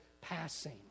passing